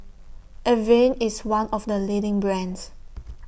Avene IS one of The leading brands